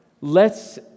lets